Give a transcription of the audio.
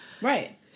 Right